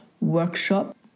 workshop